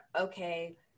okay